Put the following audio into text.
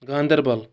Ganderbal